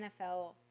NFL